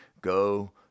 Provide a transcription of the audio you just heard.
go